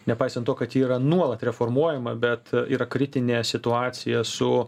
nepaisant to kad ji yra nuolat reformuojama bet yra kritinė situacija su